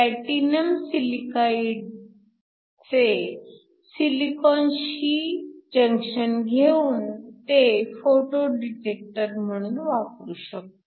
platinum सिलिकाईडचे सिलिकॉनशी junction घेऊन ते फोटो डिटेक्टर म्हणून वापरू शकू